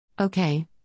Okay